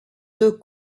deux